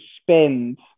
spend